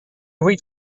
wait